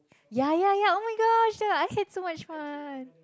ya ya ya oh-my-gosh I had so much fun